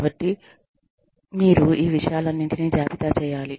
కాబట్టి మీరు ఈ విషయాలన్నింటినీ జాబితా చేయాలి